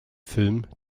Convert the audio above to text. film